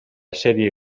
serie